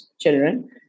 children